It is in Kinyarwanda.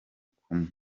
kumwe